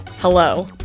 hello